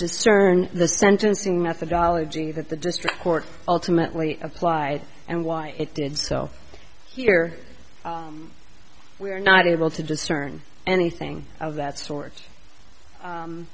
discern the sentencing methodology that the district court ultimately applied and why it did so here we are not able to discern anything of that sort